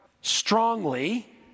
strongly